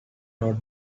not